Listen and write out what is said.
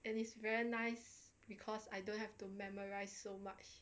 and it's very nice because I don't have to memorise so much